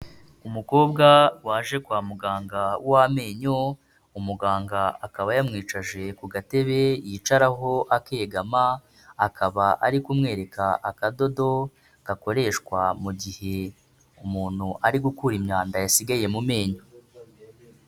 Umukobwa waje kwa muganga w'amenyo, umuganga akaba yamwicaje ku gatebe yicaraho akegama akaba ari kumwereka akadodo gakoreshwa mu gihe umuntu ari gukura imyanda yasigaye mu menyo.